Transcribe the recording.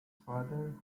father